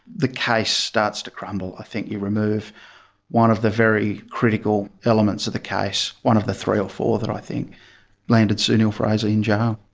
the case starts to crumble. i think you remove one of the very critical elements of the case, one of the three or four that i think landed sue neill-fraser in jail.